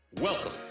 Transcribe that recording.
Welcome